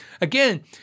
Again